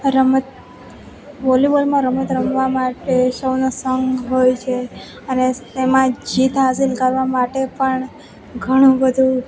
રમત વોલીબોલમાં રમત રમવા માટે સૌનો સંઘ હોય છે અને તેમાં જીત હાંસિલ કરવા માટે પણ ઘણું બધું